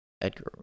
Edgar